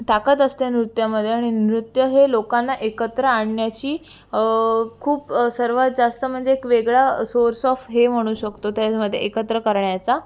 ताकद असते नृत्यामध्ये आणि नृत्य हे लोकांना एकत्र आणण्याची खूप सर्वात जास्त म्हणजे एक वेगळा सोर्स ऑफ हे म्हणू शकतो त्यामध्ये एकत्र करण्याचा